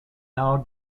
now